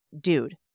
dude